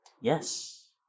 Yes